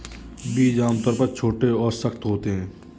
बीज आमतौर पर छोटे और सख्त होते हैं